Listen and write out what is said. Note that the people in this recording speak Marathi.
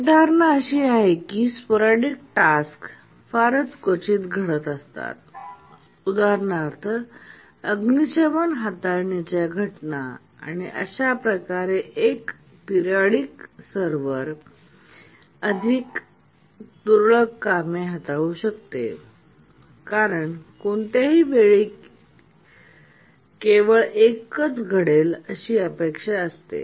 एक धारणा अशी आहे की स्पोरॅडीक टास्क फारच क्वचितच घडतात उदाहरणार्थ अग्निशामक हाताळणीच्या घटना आणि अशा प्रकारे एक पिरियॉडिक सर्व्हर एकाधिक तुरळक कामे हाताळू शकते कारण कोणत्याही वेळी केवळ एकच घडेल अशी अपेक्षा असते